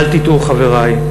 אל תטעו, חברי,